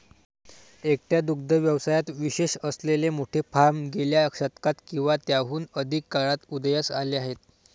एकट्या दुग्ध व्यवसायात विशेष असलेले मोठे फार्म गेल्या शतकात किंवा त्याहून अधिक काळात उदयास आले आहेत